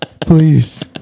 Please